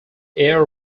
air